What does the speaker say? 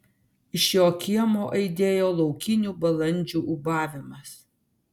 iš jo kiemo aidėjo laukinių balandžių ūbavimas